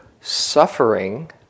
suffering